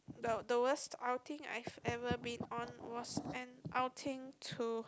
the the worst outing I've ever been on was an outing to